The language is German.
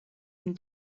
den